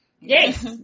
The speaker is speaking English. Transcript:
Yes